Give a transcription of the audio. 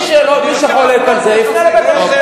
מי שחולק על זה, יפנה לבית-המשפט.